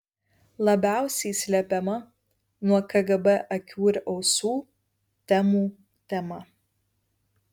labiausiai slepiama nuo kgb akių ir ausų temų tema